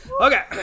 Okay